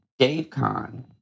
Davecon